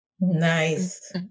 Nice